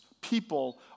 people